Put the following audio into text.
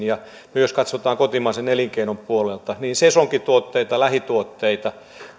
ja myös katsotaan kotimaisen elinkeinon puolelta niin sesonkituotteita lähituotteita